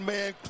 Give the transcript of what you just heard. Man